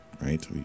right